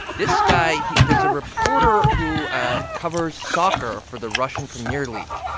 this guy there's a reporter who covers soccer for the russian premier league.